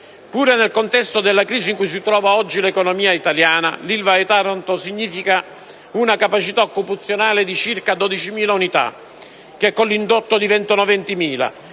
Pure nel contesto della crisi in cui si trova oggi l'economia italiana, l'Ilva di Taranto significa una capacità occupazionale di circa 12.000 unità che, con l'indotto, divengono 20.000,